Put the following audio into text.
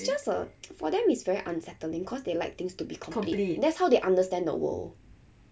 it's just a for them it's very unsettling cause they like things to be complete that's how they understand the world